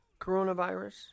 coronavirus